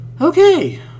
Okay